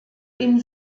ihn